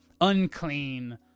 unclean